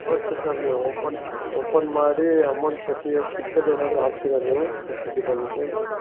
first sir ನೀವು open open ಮಾಡಿ amount ಕಟ್ಟಿ ಫಿಕ್ಸಡ್ ಏನಾದರೂ ಹಾಕ್ತೀರಾ ನೀವು ಫಿಕ್ಸಡ್ ಡಿಪಾಸಿಟ್ಟು